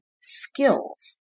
skills